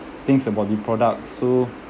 things about the product so